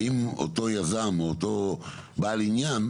האם אותו יזם או אותו בעל עניין,